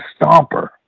Stomper